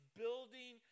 building